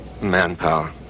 Manpower